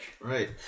Right